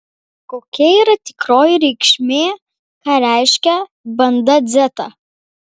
kokia yra tikroji reikšmė ką reiškia banda dzeta